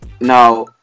Now